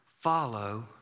follow